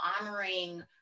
honoring